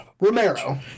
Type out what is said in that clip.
Romero